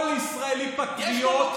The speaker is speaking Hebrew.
כל ישראלי פטריוט,